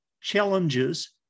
challenges